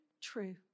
true